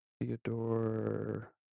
Theodore